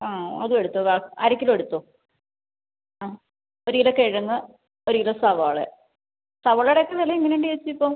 ആ അതും എടുത്തോ കാ അര കിലോ എടുത്തോ ആ ഒരു കിലോ കിഴങ്ങ് ഒരു കിലോ സവാള സവാളയുടെ ഒക്കെ വില എങ്ങനെ ഉണ്ട് ചേച്ചി ഇപ്പോൾ